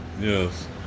Yes